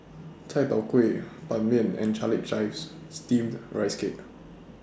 Chai Tow Kuay Ban Mian and Garlic Chives Steamed Rice Cake